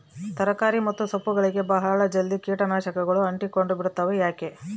ತರಕಾರಿ ಮತ್ತು ಸೊಪ್ಪುಗಳಗೆ ಬಹಳ ಜಲ್ದಿ ಕೇಟ ನಾಶಕಗಳು ಅಂಟಿಕೊಂಡ ಬಿಡ್ತವಾ ಯಾಕೆ?